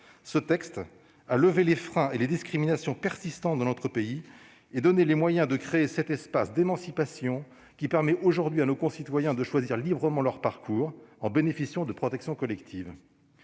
a levé les discriminations persistantes dans notre pays et donné les moyens de créer cet espace d'émancipation qui permet aujourd'hui à nos concitoyens de choisir librement leur parcours, en bénéficiant de protections collectives.